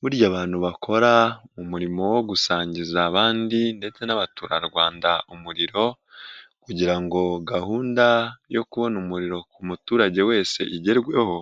Burya abantu bakora mu murimo wo gusangiza abandi ndetse n'abaturarwanda umuriro, kugira ngo gahunda yo kubona umuriro ku muturage wese igerweho,